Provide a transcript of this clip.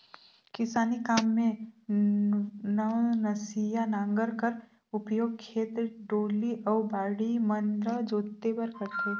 किसानी काम मे नवनसिया नांगर कर उपियोग खेत, डोली अउ बाड़ी मन ल जोते बर करथे